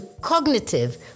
cognitive